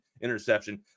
interception –